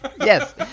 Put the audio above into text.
Yes